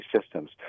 systems